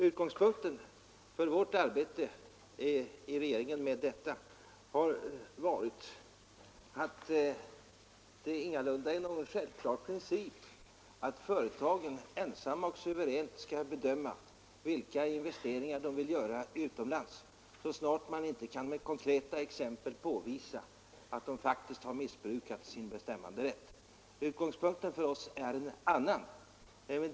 Utgångspunkten för regeringsarbetet i denna fråga har varit att det ingalunda är någon självklar princip att företagen ensamma och suveränt skall bedöma vilka investeringar de vill göra utomlands, så snart man inte med konkreta exempel kan påvisa att de faktiskt har missbrukat sin bestämmanderätt. Utgångspunkten för oss är en annan.